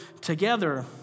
together